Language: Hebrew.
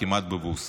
כמעט בבוז.